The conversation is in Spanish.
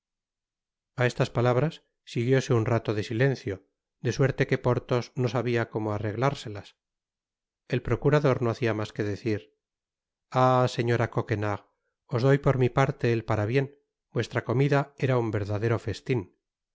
a estas palabras siguióse un rato de silencio de suerte que porthos no sabia como arreglárselas el procurador no hacia mas que decir ah señora coquenard os doy por mi parte el parabien vuestra comida era un verdadero festin